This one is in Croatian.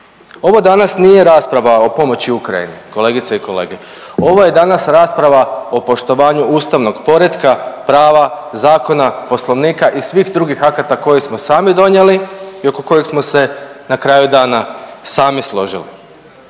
Ovo danas nije rasprava o pomoći Ukrajini kolegice i kolege, ovo je danas rasprava o poštovanju ustavnog poretka, prava, zakona, Poslovnika i svih drugih akata koje smo sami donijeli i oko kojih smo se na kraju dana sami složili